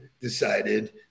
decided